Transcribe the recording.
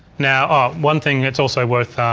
now ah one thing that's also worth